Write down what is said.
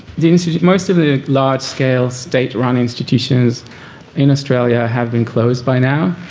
the most of the large scale state-run institutions in australia have been closed by now.